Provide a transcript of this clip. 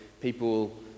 people